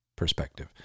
perspective